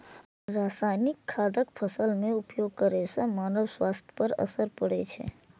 रासायनिक खादक फसल मे उपयोग करै सं मानव स्वास्थ्य पर असर पड़ै छै